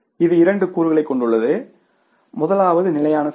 இது இரண்டு கூறுகளைக் கொண்டுள்ளது முதலாவது நிலையான செலவு